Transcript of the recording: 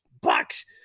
Bucks